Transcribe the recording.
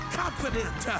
confident